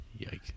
yikes